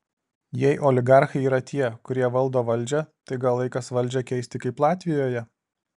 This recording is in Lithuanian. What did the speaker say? jei oligarchai yra tie kurie valdo valdžią tai gal laikas valdžią keisti kaip latvijoje